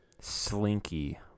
slinky